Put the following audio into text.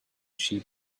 sheep